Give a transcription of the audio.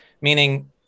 meaning